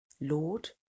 Lord